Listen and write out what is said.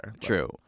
True